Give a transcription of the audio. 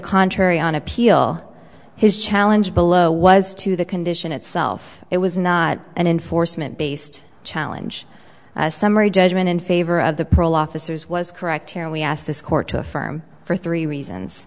contrary on appeal his challenge below was to the condition itself it was not an enforcement based challenge a summary judgment in favor of the parole officers was correct here and we asked this court to affirm for three reasons